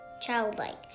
childlike